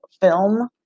film